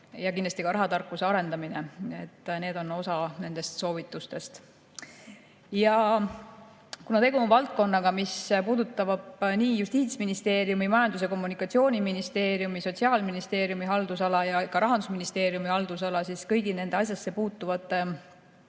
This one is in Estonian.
ja kindlasti ka rahatarkuse arendamine. Need on osa nendest soovitustest. Kuna tegu on valdkonnaga, mis puudutab nii Justiitsministeeriumi, Majandus- ja Kommunikatsiooniministeeriumi, Sotsiaalministeeriumi kui ka Rahandusministeeriumi haldusala, siis kõigi nende asjasse puutuvate